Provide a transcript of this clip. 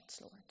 lord